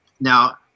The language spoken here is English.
now